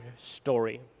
story